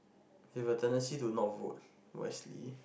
they have a tendency to not vote wisely